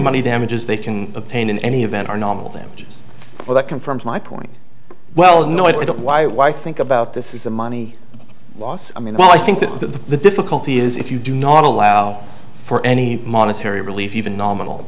money damages they can obtain in any event are nominal damages that confirms my point well no i don't why why think about this is the money loss i mean well i think that the difficulty is if you do not allow for any monetary relief even nominal